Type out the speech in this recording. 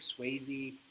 Swayze